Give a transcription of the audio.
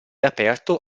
aperto